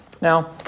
Now